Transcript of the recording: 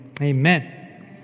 Amen